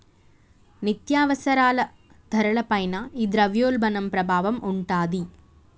నిత్యావసరాల ధరల పైన ఈ ద్రవ్యోల్బణం ప్రభావం ఉంటాది